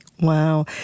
Wow